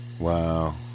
Wow